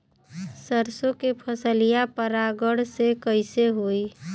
सरसो के फसलिया परागण से कईसे होई?